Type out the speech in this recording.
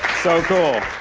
so cool.